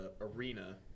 arena